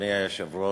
אדוני היושב-ראש,